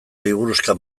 liburuxka